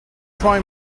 try